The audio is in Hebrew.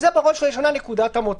זה בראש ובראשונה נקודת המוצא.